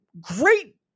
great